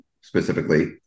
specifically